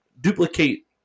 duplicate